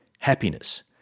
happiness